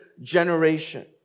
generation